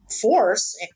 force